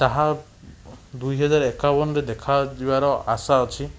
ତାହା ଦୁଇ ହଜାର ଏକାବନରେ ଦେଖାଯିବାର ଆଶା ଅଛି